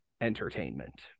entertainment